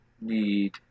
need